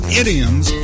idioms